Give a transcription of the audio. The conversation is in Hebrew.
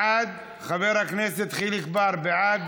בעד,